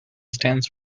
stands